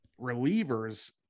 relievers